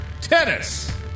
Tennis